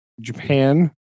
Japan